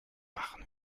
machen